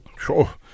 Sure